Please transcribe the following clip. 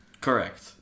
Correct